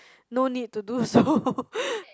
no need to do so